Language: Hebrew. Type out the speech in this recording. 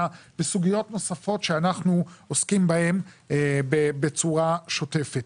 וסוגיות נוספות שאנחנו עוסקים בהן בצורה שוטפת,